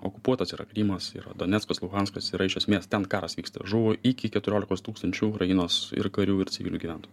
okupuotas krymas yra doneckas luhanskas yra iš esmės ten karas vyksta žuvo iki keturiolikos tūkstančių ukrainos ir karių ir civilių gyventojų